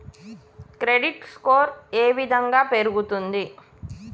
Credit score ఏ విధంగా పెరుగుతుంది?